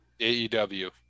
AEW